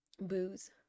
booze